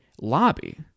lobby